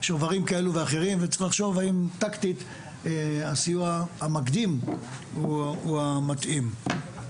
וצריך לחשוב האם טקטית, הסיוע המקדים הוא המתאים.